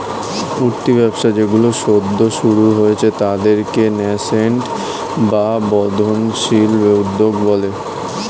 উঠতি ব্যবসা যেইগুলো সদ্য শুরু হয়েছে তাদেরকে ন্যাসেন্ট বা বর্ধনশীল উদ্যোগ বলে